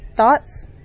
Thoughts